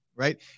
Right